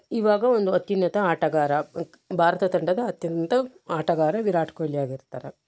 ಇವಾಗ ಒಂದು ಅತ್ಯುನ್ನತ ಆಟಗಾರ ಭಾರತ ತಂಡದ ಅತ್ಯುನ್ನತ ಆಟಗಾರ ವಿರಾಟ್ ಕೊಹ್ಲಿ ಆಗಿರ್ತರೆ